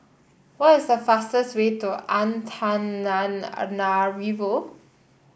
what is the fastest way to Antananarivo